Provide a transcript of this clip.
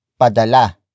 padala